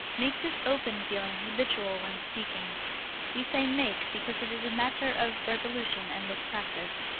make this open-feeling habitual when speaking we say make because it is a matter of resolution and of practise,